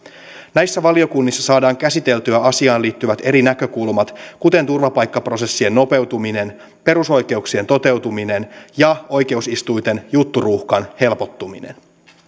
näissä valiokunnissa saadaan käsiteltyä asiaan liittyvät eri näkökulmat kuten turvapaikkaprosessien nopeutuminen perusoikeuksien toteutuminen ja oikeusistuinten jutturuuhkan helpottuminen